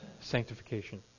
sanctification